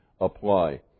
apply